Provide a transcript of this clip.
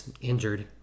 injured